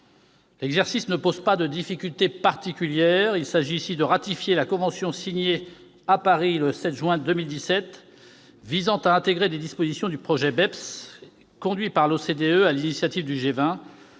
L'exercice ne pose pas de difficulté particulière. Il s'agit ici de ratifier la convention signée à Paris le 7 juin 2017, qui vise à intégrer certaines dispositions du projet BEPS. Conduit par l'OCDE sur l'initiative du G20,